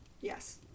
Yes